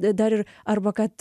dar ir arba kad